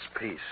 peace